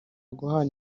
guhana